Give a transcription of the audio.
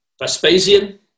Vespasian